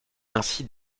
ainsi